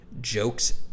jokes